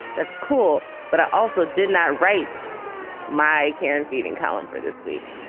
that's cool but i also did not write my karen feeding column for this week.